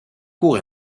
court